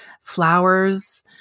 flowers